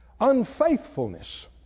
Unfaithfulness